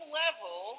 level